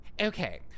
Okay